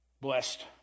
Blessed